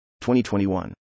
2021